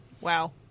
Wow